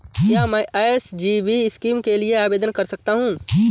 क्या मैं SGB scheme के लिए आवेदन कर सकता हूँ?